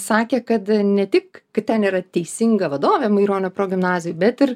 sakė kad ne tik kad ten yra teisinga vadovė maironio progimnazijoj bet ir